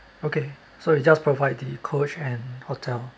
okay so you just provide the coach and hotel